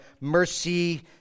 mercy